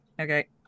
Okay